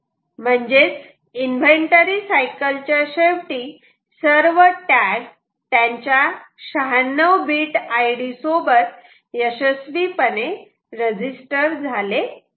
म्हणजेच inventory cycle च्या शेवटी सर्व टॅग त्यांच्या 96 बीट आयडी सोबत यशस्वी पणे रजिस्टर झाले आहेत